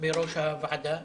בראש הוועדה.